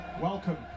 Welcome